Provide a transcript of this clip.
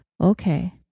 okay